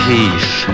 Peace